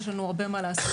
יש לנו עוד הרבה מה לעשות,